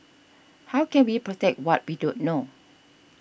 how can we protect what we don't know